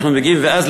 ואז,